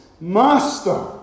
Master